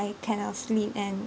cannot sleep and